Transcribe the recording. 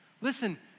listen